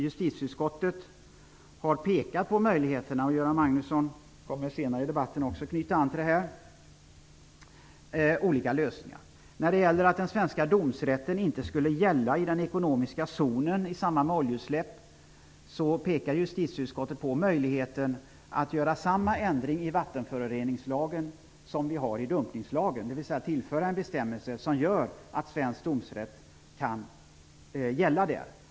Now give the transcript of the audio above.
Justitieutskottet har pekat på möjligheterna, och Göran Magnusson kommer senare i debatten också att knyta an till olika lösningar. När det gäller att den svenska domsrätten inte skulle gälla i den ekonomiska zonen i samband med oljeutsläpp, pekar justitieutskottet på möjligheten att göra samma ändring i vattenföroreningslagen som vi har i dumpningslagen, dvs. att tillföra en bestämmelse som gör att svensk domsrätt kan gälla där.